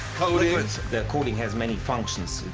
coatings. the coating has many functions.